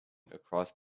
across